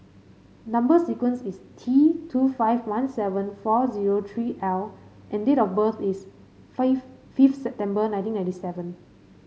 number sequence is T two five one seven four zero three L and date of birth is fifth September nineteen ninety seven